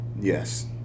Yes